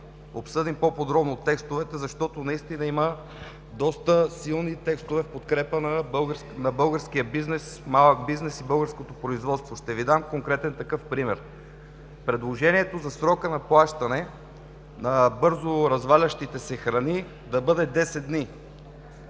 обсъдим по-подробно текстовете, защото наистина има доста силни текстове в подкрепа на българския малък бизнес и българското производство. Ще Ви дам конкретен такъв пример. Предложението за срока на плащане на бързо развалящите се храни да бъде 10 дни.